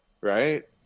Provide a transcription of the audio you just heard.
Right